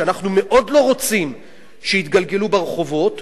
שאנחנו מאוד לא רוצים שיתגלגלו ברחובות,